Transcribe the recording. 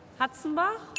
Hatzenbach